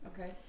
okay